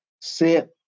Sit